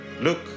Look